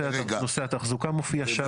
נושא התחזוקה מופיע שם.